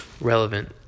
relevant